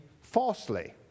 falsely